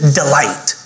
delight